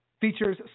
features